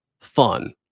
fun